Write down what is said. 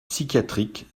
psychiatriques